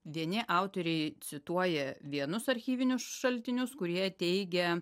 vieni autoriai cituoja vienus archyvinius šaltinius kurie teigia